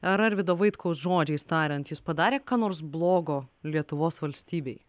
ar arvydo vaitkaus žodžiais tariant jis padarė ką nors blogo lietuvos valstybei